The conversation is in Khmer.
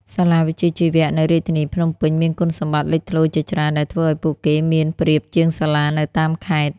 សាលាវិជ្ជាជីវៈនៅរាជធានីភ្នំពេញមានគុណសម្បត្តិលេចធ្លោជាច្រើនដែលធ្វើឱ្យពួកគេមានប្រៀបជាងសាលានៅតាមខេត្ត។